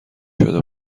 شده